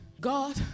God